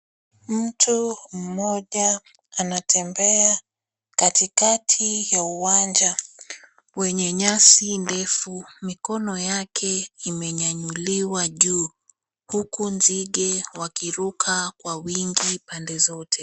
Mtu mmoja anatembea katikati ya uwanja wenye nyasi ndefu. Mikono yake imenyanyuliwa juu huku nzige wakiruka kwa wingi pande zote.